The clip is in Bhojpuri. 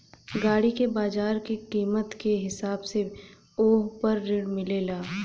गाड़ी के बाजार के कीमत के हिसाब से वोह पर ऋण मिलेला